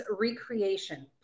recreation